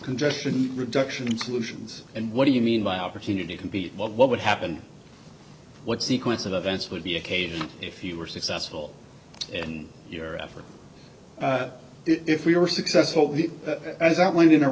congestion reduction solutions and what do you mean by opportunity compete what would happen what sequence of events would be occasion if you were successful in your effort if we were successful the as outlined in a